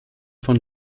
von